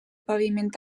paviment